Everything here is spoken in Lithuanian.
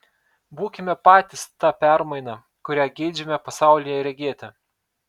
būkime patys ta permaina kurią geidžiame pasaulyje regėti